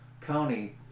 county